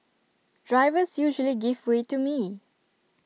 drivers usually give way to me